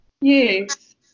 Yes